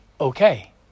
okay